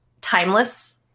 timeless